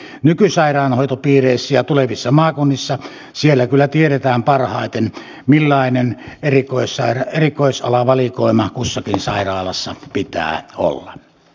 nykysairaanhoitopiireissä ja tulevissa maakunnissa kyllä tiedetään parhaiten millainen erikoisalavalikoima kussakin sairaalassa pitää olla